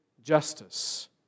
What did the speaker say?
justice